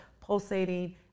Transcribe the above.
pulsating